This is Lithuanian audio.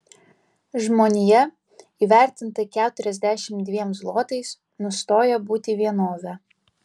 žmonija įvertinta keturiasdešimt dviem zlotais nustoja būti vienove